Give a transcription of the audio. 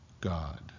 God